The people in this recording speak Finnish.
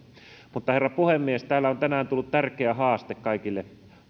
herra puhemies täällä on tänään tullut tärkeä haaste kaikille